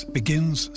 begins